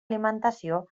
alimentació